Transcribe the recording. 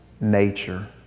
nature